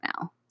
now